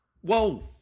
Whoa